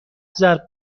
ضرب